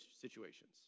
situations